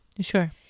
sure